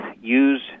use